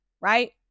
Right